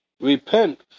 Repent